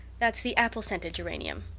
that's the apple-scented geranium.